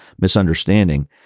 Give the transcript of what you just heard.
misunderstanding